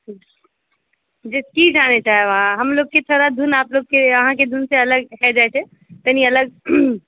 जे की जानय चाहब अहाँ हमलोग छी थोड़ा धुन आपलोगके अहाँके धुनसँ अलग भए जाइत छै कनि अलग